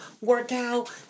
workout